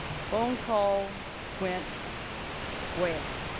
phone call went well.